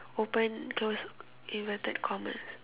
open close inverted commas